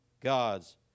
God's